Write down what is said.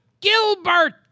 Gilbert